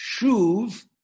Shuv